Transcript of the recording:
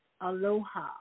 aloha